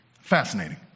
Fascinating